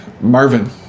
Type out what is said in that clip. Marvin